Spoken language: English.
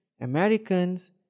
Americans